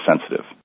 sensitive